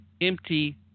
empty